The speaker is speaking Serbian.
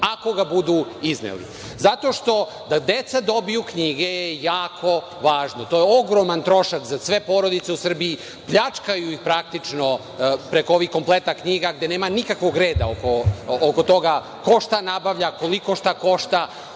ako ga budu izneli. Zato što da deca dobiju knjige je jako važno. To je ogroman trošak za sve porodice u Srbiji, pljačkaju ih praktično preko ovih kompleta knjiga, gde nema nikakvog reda oko toga ko šta nabavlja, koliko šta košta.